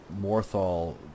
Morthal